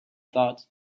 thought